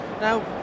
Now